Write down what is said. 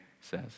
says